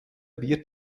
wird